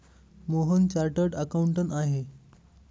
Mohan chartered accountant आहेत